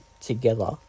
together